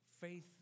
faith